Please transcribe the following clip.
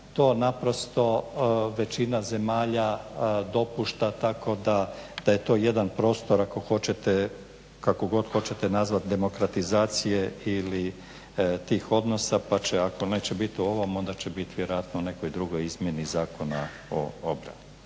to naprosto većina zemalja dopušta tako da je to jedan prostor ako hoćete kako god hoćete nazvat, demokratizacije ili tih odnosa pa će ako neće biti u ovom onda će bit vjerojatno u nekoj drugoj izmjeni Zakona o obrani.